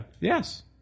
Yes